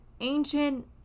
ancient